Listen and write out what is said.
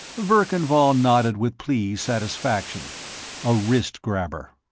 verkan vall nodded with pleased satisfaction a wrist-grabber.